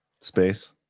space